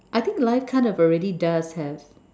I think life kind of already does have